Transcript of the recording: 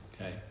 Okay